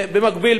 במקביל,